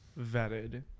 vetted